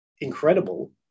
incredible